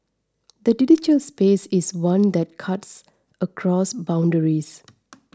the digital space is one that cuts across boundaries